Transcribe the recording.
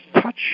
touch